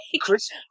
Chris